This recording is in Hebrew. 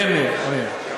כן, עמיר.